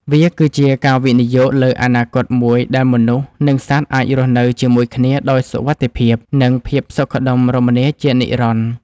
វាគឺជាការវិនិយោគលើអនាគតមួយដែលមនុស្ស និងសត្វអាចរស់នៅជាមួយគ្នាដោយសុវត្ថិភាព និងភាពសុខដុមរមនាជានិរន្តរ៍។